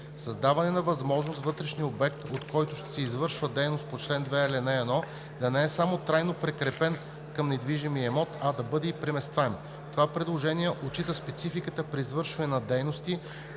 Създаване на възможност вътрешният обект, от който ще се извършва дейност по чл. 2, ал. 1, да не е само трайно прикрепен към недвижим имот, а и да бъде преместваем. Това предложение отчита спецификата при извършване на дейности